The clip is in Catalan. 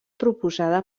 proposada